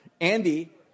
Andy